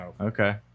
Okay